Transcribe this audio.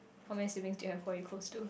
how many siblings do you have who are you close to